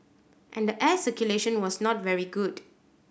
and the air circulation was not very good